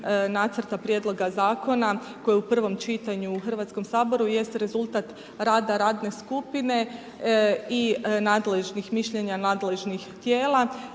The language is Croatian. nacrta ovoga zakona, koji je u prvom čitanju u Hrvatskom saboru, jest rezultat rada radne skupine i nadležnih mišljenja nadležnih tijela.